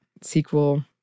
sequel